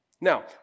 Now